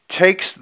takes